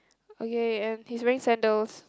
okay and he's wearing sandals